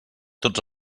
tots